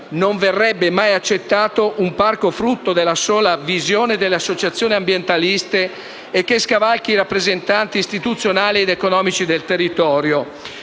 Non verrebbe mai accettato un parco che risulta il frutto della sola visione delle associazioni ambientaliste e che scavalchi i rappresentanti istituzionali ed economici del territorio.